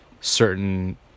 certain